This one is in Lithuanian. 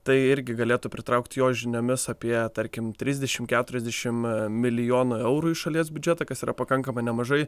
tai irgi galėtų pritraukti jo žiniomis apie tarkim trisdešimt keturiasdešimt milijonų eurų į šalies biudžetą kas yra pakankamai nemažai